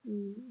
mm